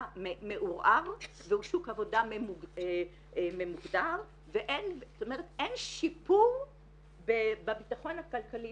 מעורער והוא שוק עבודה ממוגדר ואין שיפור בביטחון הכלכלי